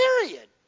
period